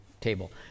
table